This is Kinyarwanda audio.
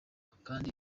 kandi